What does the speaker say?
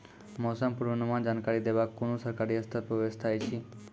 मौसम पूर्वानुमान जानकरी देवाक कुनू सरकारी स्तर पर व्यवस्था ऐछि?